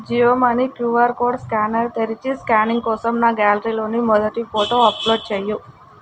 Jio money QR code scanner తెరచి scanning కోసం నా గ్యాలరీలోని మొదటి ఫోటో అప్లోడ్ చెయ్యి